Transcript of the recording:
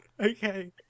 Okay